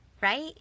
right